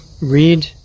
Read